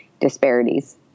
disparities